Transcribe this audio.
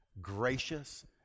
gracious